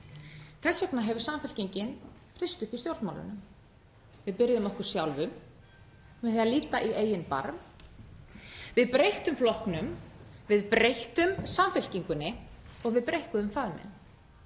Þess vegna hefur Samfylkingin hrist upp í stjórnmálunum. Við byrjuðum á okkur sjálfum, með því að líta í eigin barm. Við breyttum flokknum. Við breyttum Samfylkingunni og við breikkuðum faðminn.